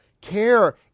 care